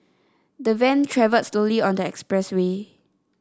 the Van travelled slowly on the expressway